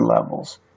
levels